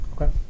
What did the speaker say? Okay